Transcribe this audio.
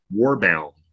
Warbound